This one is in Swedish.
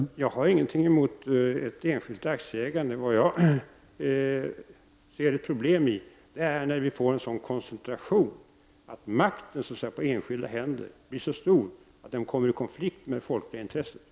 Herr talman! Jag har ingenting emot ett enskilt aktieägande. Vad jag ser som ett problem är när vi får en sådan koncentration att makten på enskilda händer blir så stor att den kommer i konflikt med det folkliga intresset.